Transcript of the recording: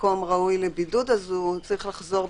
מקום ראוי לבידוד, הוא צריך לחזור?